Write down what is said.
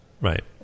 Right